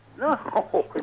no